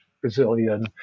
Brazilian